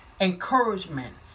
encouragement